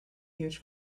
huge